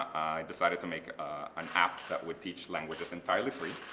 decided to make an app that would teach languages entirely free.